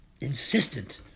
insistent